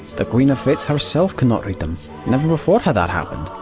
the queen of fates herself could not read them, never before had that happened.